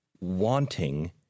wanting